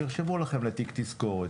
תרשמו לכם לתיק תזכורת,